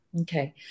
Okay